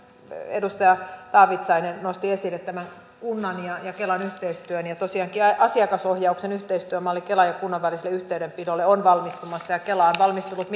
edustaja taavitsainen nosti esille tämän kunnan ja kelan yhteistyön ja tosiaankin asiakasohjauksen yhteistyömalli kelan ja kunnan väliselle yhteydenpidolle on valmistumassa ja kela on valmistellut